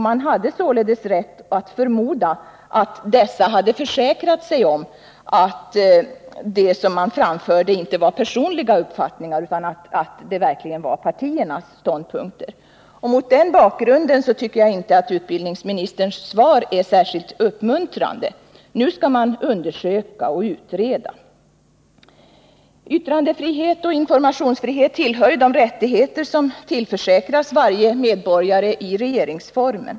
Man hade således rätt att förmoda att dessa hade försäkrat sig om att det som de framförde inte var personliga uppfattningar utan att det verkligen var partiernas ståndpunkter. Mot den bakgrunden tycker jag inte att utbildningsministerns svar är särskilt uppmuntrande. Nu skall man undersöka och utreda. Yttrandefrihet och informationsfrihet tillhör de rättigheter som i regeringsformen tillförsäkras varje medborgare.